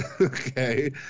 okay